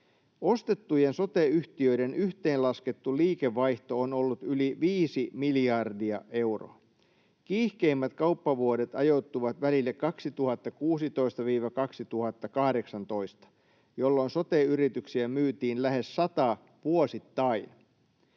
Ostettujen sote-yhtiöiden yhteenlaskettu liikevaihto on ollut yli viisi miljardia euroa. Kiihkeimmät kauppavuodet ajoittuvat välille 2016—2018, jolloin sote-yrityksiä myytiin lähes sata vuosittain.”